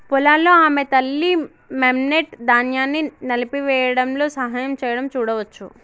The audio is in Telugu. పొలాల్లో ఆమె తల్లి, మెమ్నెట్, ధాన్యాన్ని నలిపివేయడంలో సహాయం చేయడం చూడవచ్చు